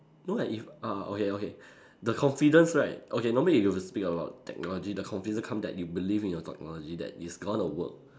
no lah if uh okay okay the confidence right okay normally if you speak about technology the confidence come that you believe in your technology that it's gonna work